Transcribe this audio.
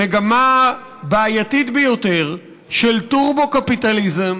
מגמה בעייתית ביותר של טורבו-קפיטליזם.